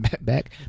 back